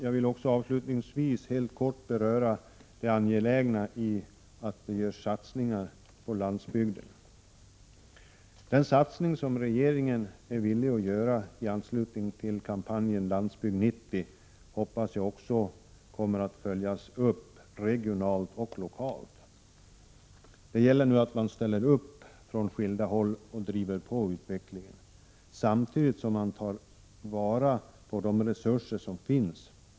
Jag vill avslutningsvis helt kort beröra det angelägna i att det görs satsningar på landsbygden. Den satsning som regeringen är villig att göra i anslutning till kampanjen Landsbygd 90 hoppas jag också kommer att följas upp regionalt och lokalt. Det gäller nu att man ställer upp på skilda håll och driver på utvecklingen, samtidigt som man tar vara på de resurser som finns.